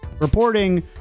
reporting